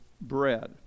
bread